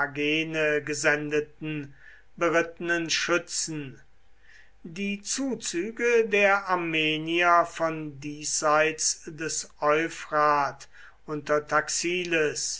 gesendeten berittenen schützen die zuzüge der armenier von diesseits des euphrat unter taxiles